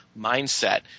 mindset